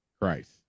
Christ